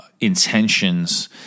intentions